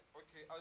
okay